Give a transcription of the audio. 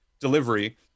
delivery